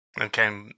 Okay